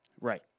Right